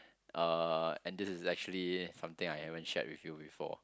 uh and this is actually something I haven't shared with you before